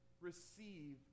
receive